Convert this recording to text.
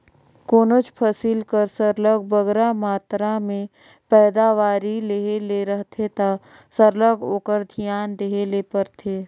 कोनोच फसिल कर सरलग बगरा मातरा में पएदावारी लेहे ले रहथे ता सरलग ओकर धियान देहे ले परथे